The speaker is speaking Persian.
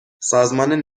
سازمان